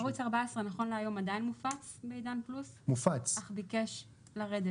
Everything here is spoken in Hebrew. ערוץ 14 נכון להיום עדיין מופץ בעידן פלוס אך ביקש לרדת.